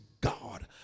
God